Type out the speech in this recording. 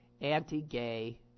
anti-gay